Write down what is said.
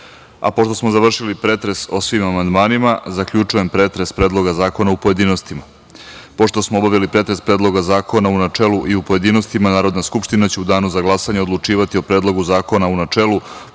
smo završili pretres o svim amandmanima, zaključujem pretres Predloga zakona u pojedinostima. Pošto smo obavili pretres Predloga zakona u načelu i u pojedinostima, Narodna skupština će u danu za glasanje odlučivati o Predlogu zakona u načelu,